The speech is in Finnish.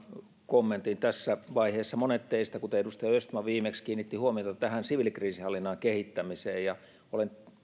kommentin tässä vaiheessa monet teistä kuten edustaja östman viimeksi kiinnittivät huomiota siviilikriisinhallinnan kehittämiseen olen